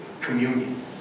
Communion